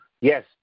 Yes